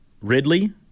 Ridley